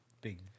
big